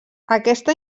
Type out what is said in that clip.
aquesta